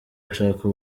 gushaka